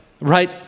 right